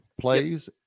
plays